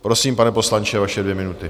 Prosím, pane poslanče, vaše dvě minuty.